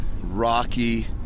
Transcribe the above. rocky